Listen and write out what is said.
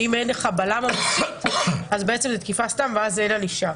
שאם אין חבלה ממשית אז בעצם זו תקיפת סתם ואז אין ענישה.